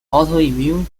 autoimmune